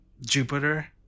Jupiter